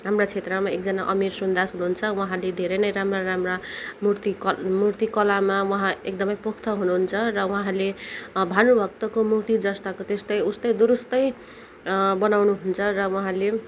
हाम्रो क्षेत्रमा एकजना अमिर सुन्दास हुनुहुन्छ उँहाले धेरै नै राम्रा राम्रा मुर्ति मुर्तिकलामा उँहा एकदमै पोख्त हुनुहुन्छ र उँहाले भानुभक्तको मुर्ति जस्ताको त्यस्तै उस्तै दुरुस्तै बनाउनुहुन्छ र उँहाले